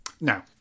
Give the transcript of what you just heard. Now